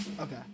okay